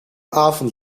avond